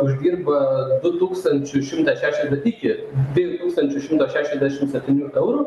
uždirba du tūkstančius šimtą šešias vat iki tik du tūkstančius šimtą šešiasdešimt septynių eurų